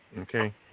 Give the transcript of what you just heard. Okay